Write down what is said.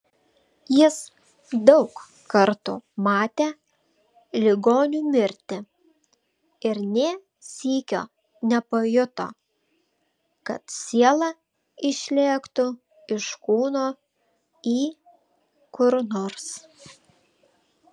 jis daug kartų matė ligonių mirtį ir nė sykio nepajuto kad siela išlėktų iš kūno į kur nors